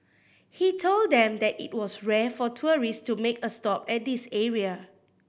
he told them that it was rare for tourists to make a stop at this area